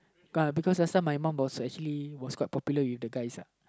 ya because last time my mum was actually was quite popular with the guys uh